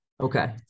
Okay